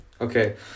okay